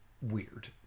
weird